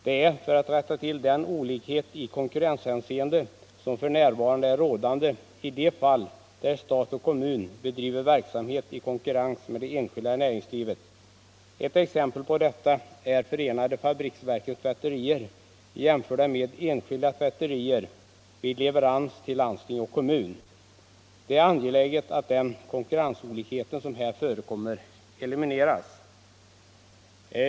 Man önskar rätta till den olikhet i konkurrenshänseende som för närvarande är rådande i de fall där stat och kommun bedriver verksamhet i konkurrens med det enskilda näringslivet. Ett exempel på detta är förenade fabriksverkens tvätterier jämförda med enskilda tvätterier vid leverans till landsting och kommun. Det är angeläget att den konkurrensolikhet som här förekommer elimineras.